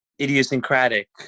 idiosyncratic